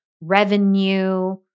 revenue